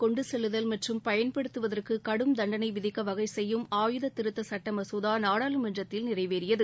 கொண்டு செல்லுதல் மற்றும் பயன்படுத்துவதற்கு கடும் தண்டனை விதிக்க வகைசெய்யும் ஆயுத திருத்த சுட்ட மசோதா நாடாளுமன்றத்தில் நிறைவேறியது